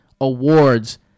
Awards